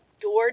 door